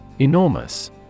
Enormous